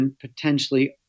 potentially